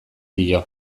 dio